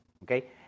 Okay